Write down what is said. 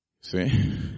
See